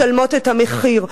משלמות את המחיר,